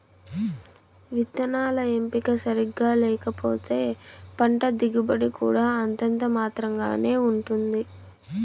విత్తనాల ఎంపిక సరిగ్గా లేకపోతే పంట దిగుబడి కూడా అంతంత మాత్రం గానే ఉంటుంది